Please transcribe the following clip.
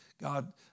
God